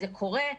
זה קורה,